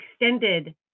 extended